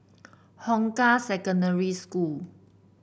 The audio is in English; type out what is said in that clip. Hong Kah Secondary School